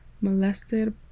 Molested